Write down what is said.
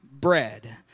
bread